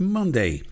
Monday